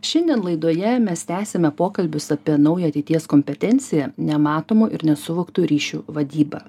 šiandien laidoje mes tęsiame pokalbius apie naują ateities kompetenciją nematomų ir nesuvoktų ryšių vadybą